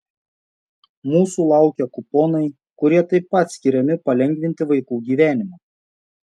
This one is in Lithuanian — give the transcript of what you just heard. mūsų laukia kuponai kurie taip pat skiriami palengvinti vaikų gyvenimą